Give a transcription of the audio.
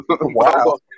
Wow